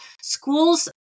schools